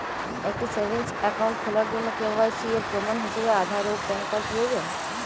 একটি savings account খোলার জন্য কে.ওয়াই.সি এর প্রমাণ হিসাবে আধার ও প্যান কার্ড প্রয়োজন